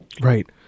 Right